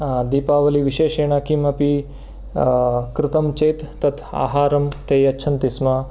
दीपावलीविशेषेण किम् अपि कृतं चेत् तत् आहारं ते यच्छन्ति स्म